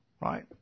right